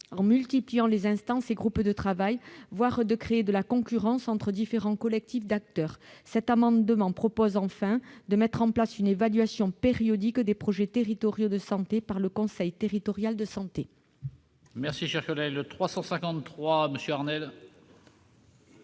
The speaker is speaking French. en multipliant les instances et groupes de travail, voire de créer de la concurrence entre différents collectifs d'acteurs. Cet amendement prévoit enfin de mettre en place une évaluation périodique des projets territoriaux de santé par le conseil territorial de santé.